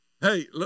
Hey